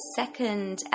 second